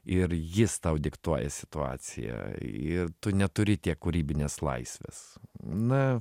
ir jis tau diktuoja situaciją ir tu neturi tiek kūrybinės laisvės na